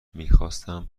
میخواستم